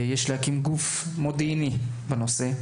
יש להקים גוף מודיעיני בנושא.